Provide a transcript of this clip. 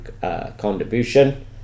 contribution